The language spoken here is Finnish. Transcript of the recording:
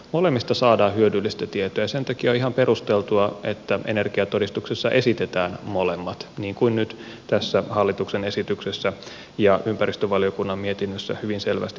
molemmista saadaan hyödyllistä tietoa ja sen takia on ihan perusteltua että energiatodistuksessa esitetään molemmat niin kuin nyt tässä hallituksen esityksessä ja ympäristövaliokunnan mietinnössä hyvin selvästi todetaan